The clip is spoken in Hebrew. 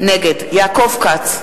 נגד יעקב כץ,